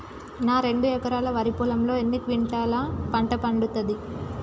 నా రెండు ఎకరాల వరి పొలంలో ఎన్ని క్వింటాలా పంట పండుతది?